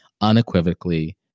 unequivocally